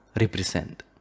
represent